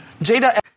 jada